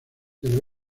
del